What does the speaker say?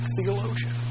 theologian